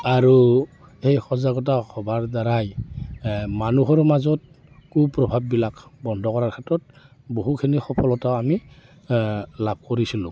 আৰু এই সজাগতা সভাৰ দ্বাৰাই মানুহৰ মাজত কু প্ৰভাৱবিলাক বন্ধ কৰাৰ ক্ষেত্ৰত বহুখিনি সফলতাও আমি লাভ কৰিছিলোঁ